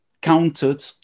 counted